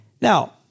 Now